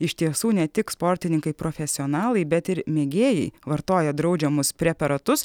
iš tiesų ne tik sportininkai profesionalai bet ir mėgėjai vartoja draudžiamus preparatus